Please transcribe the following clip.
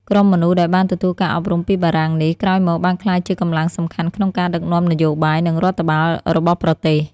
ក្រុមមនុស្សដែលបានទទួលការអប់រំពីបារាំងនេះ ក្រោយមកបានក្លាយជាកម្លាំងសំខាន់ក្នុងការដឹកនាំនយោបាយ និងរដ្ឋបាលរបស់ប្រទេស។